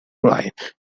cried